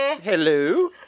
Hello